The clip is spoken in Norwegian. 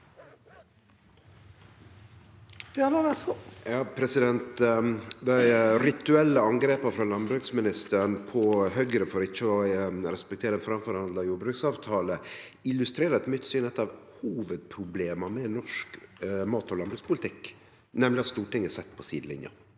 Dei virtuelle angre- pa frå landbruksministeren på Høgre for ikkje å respektere den framforhandla jordbruksavtala illustrerer etter mitt syn eit av hovudproblema med norsk mat- og landbrukspolitikk, nemleg at Stortinget er sett på sidelinja.